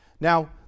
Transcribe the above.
Now